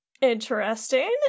interesting